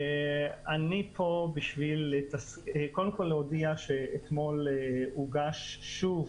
אני פה בשביל להודיע שאתמול הוגש שוב